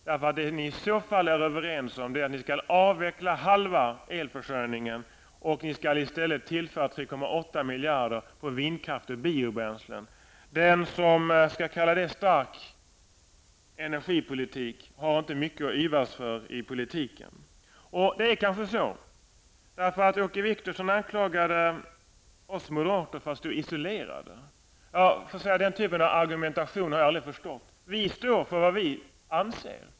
Det ni i så fall är överens om är att ni skall avveckla halva elförsörjningen och i stället tillföra 3,8 miljarder på vindkraft och biobränslen. Den som kallar det en stark energipolitik har inte mycket att yvas över i politiken. Det är kanske så. Åke Wictorsson anklagade oss moderater för att stå isolerade. Den typen av argumentation har jag aldrig förstått. Vi står för vad vi anser.